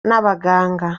n’abaganga